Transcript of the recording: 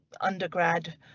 undergrad